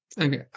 Okay